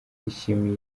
yishimiye